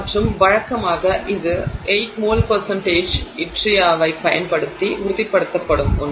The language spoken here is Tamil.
மற்றும் வழக்கமாக இது 8 மோல் யட்ரியா வைப் பயன்படுத்தி உறுதிப்படுத்தப்படும் ஒன்று